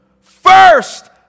first